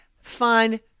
fun